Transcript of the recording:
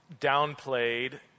downplayed